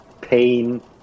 pain